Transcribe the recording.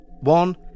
One